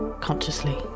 Consciously